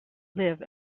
live